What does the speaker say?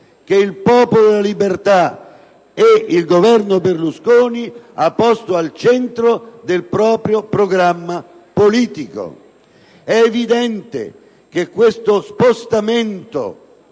che il Popolo della Libertà e il Governo Berlusconi hanno posto al centro del proprio programma politico. È evidente che questo spostamento